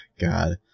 God